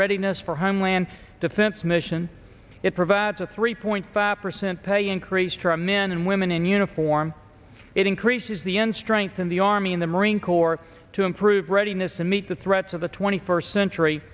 readiness for homeland defense mission it provides a three point five percent pay increase tremendous women in uniform it increases the end strength of the army in the marine corps to improve readiness to meet the threats of the twenty first century